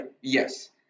Yes